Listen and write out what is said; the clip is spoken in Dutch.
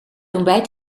ontbijt